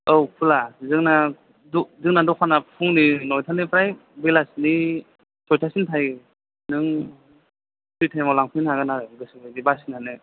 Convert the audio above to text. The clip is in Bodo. औ खुला जोंना जोंना दखाना फुंनि नइथानिफ्राय बेलासिनि सयथासिम थायो नों फ्रि टाइमाव लांफैनो हागोन आरो गोसोबादि बासिनानै